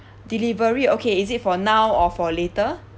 delivery okay is it for now or for later